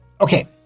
okay